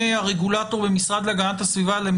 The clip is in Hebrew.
החוק בוודאי עוסק במרשם פלילי, הכול ברור.